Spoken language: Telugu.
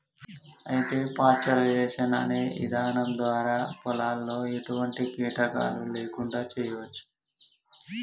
అయితే పాస్టరైజేషన్ అనే ఇధానం ద్వారా పాలలో ఎటువంటి కీటకాలు లేకుండా చేయచ్చు